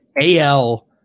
AL